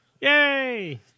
yay